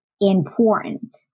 important